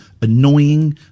annoying